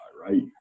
right